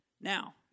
Now